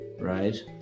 right